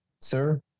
Sir